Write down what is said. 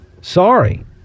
Sorry